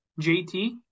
JT